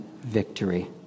victory